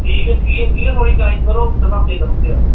ठीक ऐ ठीक ऐ जि'यां थुहाड़ी च्वॉयस करग उं'आं करी ओड़ गे अस